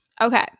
Okay